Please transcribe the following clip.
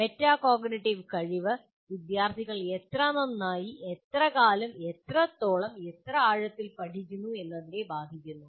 metacognitive കഴിവ് വിദ്യാർത്ഥികൾ എത്ര നന്നായി എത്ര കാലം എത്രത്തോളം എത്ര ആഴത്തിൽ പഠിക്കുന്നു എന്നതിനെ ബാധിക്കുന്നു